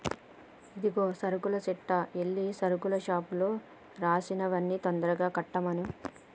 ఇదిగో సరుకుల చిట్టా ఎల్లి సరుకుల షాపులో రాసినవి అన్ని తొందరగా కట్టమను